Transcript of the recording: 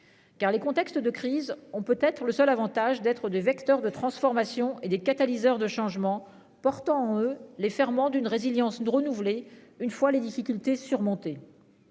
Car les contextes de crise on peut être le seul avantage d'être des vecteurs de transformation et des catalyseurs de changement portant eux les ferments d'une résilience de renouveler une fois les difficultés surmontées.